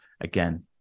again